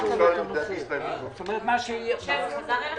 אנחנו הגשנו את זה